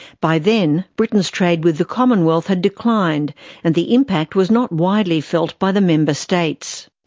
by then, britain's trade with the commonwealth had declined and the impact was not widely felt by the member states.